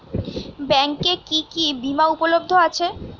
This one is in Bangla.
ব্যাংকে কি কি বিমা উপলব্ধ আছে?